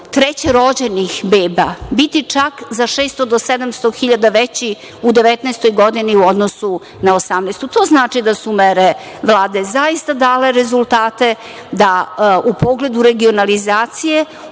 trećerođenih beba biti čak za 600 do 700 hiljada veći u 2019. godini u odnosu na 2018. godinu. To znači da su mere Vlade zaista dale rezultate, da u pogledu regionalizacije,